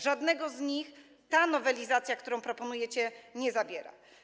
Żadnego z nich ta nowelizacja, którą proponujecie, nie zawiera.